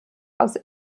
aus